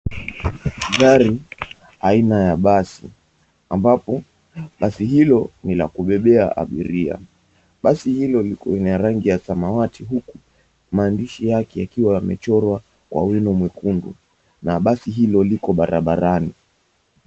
Gari aina ya basi, ambapo basi hilo ni la kubebea abiria, basi hilo lina rangi ya samawati, huku maandishi yake yakiwa yamechorwa kwa wino mwekundu, na basi hilo liko barabarani.